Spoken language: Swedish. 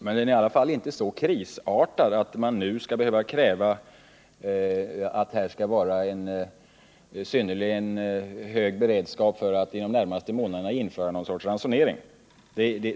I varje fall är läget inte så krisartat att man skall behöva kräva att vi skall ha extraordinär beredskap och att vi inom de närmaste månaderna skall tvingas införa ransonering.